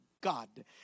God